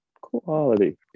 Quality